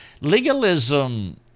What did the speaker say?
legalism